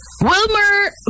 Wilmer